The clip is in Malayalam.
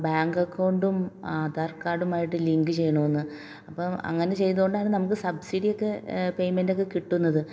ബാങ്ക് അക്കൗണ്ടും ആധാർ കാർഡും ആയിട്ട് ലിങ്ക് ചെയ്യണമെന്ന് അപ്പം അങ്ങനെ ചെയ്തത് കൊണ്ടന്നെ നമുക്ക് സബ്സിഡി ഒക്കെ പെയ്മെന്റ് ഒക്കെ കിട്ടുന്നത്